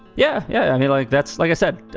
yeah. yeah. i mean, like that's like i said,